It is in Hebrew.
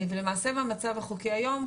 למעשה במצב החוקי היום,